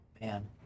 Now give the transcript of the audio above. Man